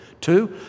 Two